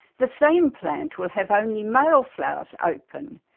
the same plant will have only male flowers open,